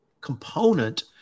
component